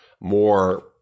more